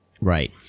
Right